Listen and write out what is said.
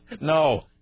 No